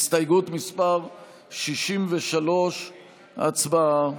הסתייגות מס' 63. הצבעה.